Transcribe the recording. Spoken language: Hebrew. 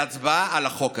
להצבעה על החוק הזה.